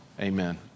amen